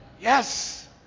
Yes